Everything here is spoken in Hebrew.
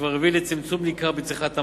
שכבר הביא לצמצום ניכר בצריכת המים,